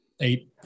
Eight